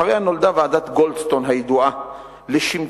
אחריה נולדה ועדת-גולדסטון הידועה לשמצה,